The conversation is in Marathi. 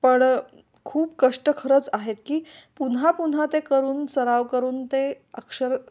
पण खूप कष्ट खरंच आहेत की पुन्हा पुन्हा ते करून सराव करून ते अक्षर